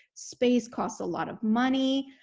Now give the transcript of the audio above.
space costs a lot of money,